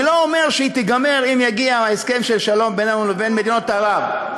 אני לא אומר שהיא תיגמר אם יגיע ההסכם של שלום בינינו לבין מדינות ערב.